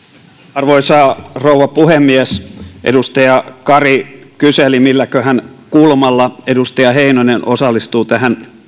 arvoisa rouva puhemies edustaja kari kyseli milläköhän kulmalla edustaja heinonen osallistuu tähän